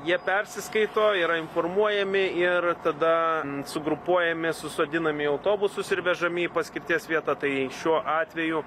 jie persiskaito yra informuojami ir tada sugrupuojami susodinami į autobusus ir vežami į paskirties vietą tai šiuo atveju